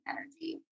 energy